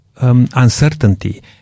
Uncertainty